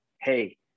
Hey